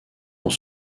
ont